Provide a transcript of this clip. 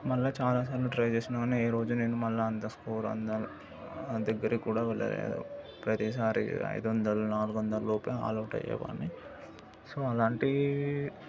మళ్ళీ చాలాసార్లు ట్రై చేసినా కానీ ఏ రోజు నేను మళ్ళీ అంత స్కోర్ అంద దగ్గరికి కూడా వెళ్ళలేదు ప్రతీసారీ అయిదు వందలు నాలుగు వందలలోపే ఆల్ అవుట్ అయ్యేవాన్ని సో అలాంటి